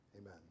Amen